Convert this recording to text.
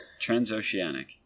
Transoceanic